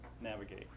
navigate